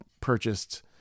purchased